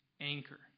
anchor